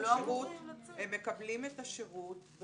מקבלים את השירות.